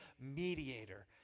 mediator